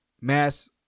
mass